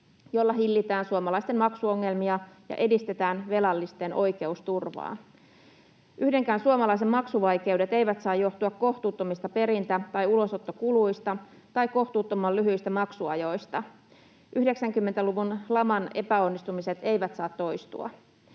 jolla hillitään suomalaisten maksuongelmia ja edistetään velallisten oikeusturvaa. Yhdenkään suomalaisen maksuvaikeudet eivät saa johtua kohtuuttomista perintä- tai ulosottokuluista tai kohtuuttoman lyhyistä maksuajoista. 90-luvun laman epäonnistumiset eivät saa toistua.